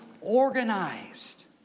organized